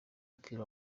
w’umupira